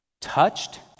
touched